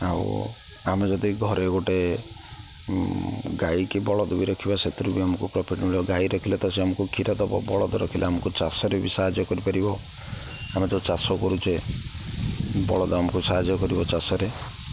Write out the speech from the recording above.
ଆଉ ଆମେ ଯଦି ଘରେ ଗୋଟେ ଗାଈ କି ବଳଦ ବି ରଖିବା ସେଥିରୁ ବି ଆମକୁ ପ୍ରଫିଟ୍ ମିଳିବ ଗାଈ ରଖିଲେ ତ ସେ ଆମକୁ କ୍ଷୀର ଦେବ ବଳଦ ରଖିଲେ ଆମକୁ ଚାଷରେ ବି ସାହାଯ୍ୟ କରିପାରିବ ଆମେ ଯୋଉ ଚାଷ କରୁଛେ ବଳଦ ଆମକୁ ସାହାଯ୍ୟ କରିବ ଚାଷରେ